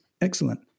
Excellent